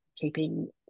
keeping